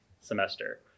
semester